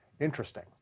Interesting